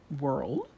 world